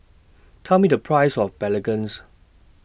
Tell Me The Price of Belacan